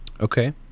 okay